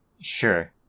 Sure